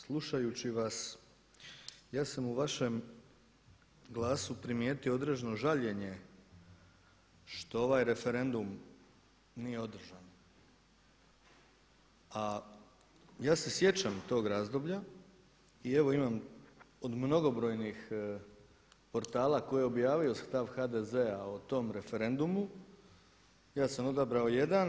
Slušajući vas ja sam u vašem glasu primijetio određeno žaljenje što ovaj referendum nije održan, a ja se sjećam tog razdoblja i evo imam od mnogobrojnih portala koji je obavio stav HDZ-a o tom referendumu, ja sam odabrao jedan.